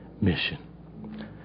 mission